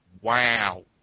wow